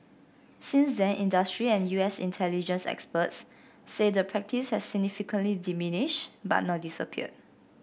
since then industry and U S intelligence experts say the practice has significantly diminished but not disappeared